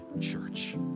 church